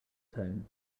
tone